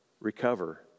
recover